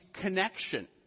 connection